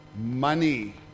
Money